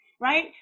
right